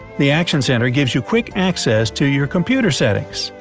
the action centre gives you quick access to your computer settings.